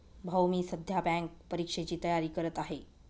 भाऊ मी सध्या बँक परीक्षेची तयारी करत आहे